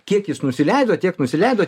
kiek jis nusileido tiek nusileido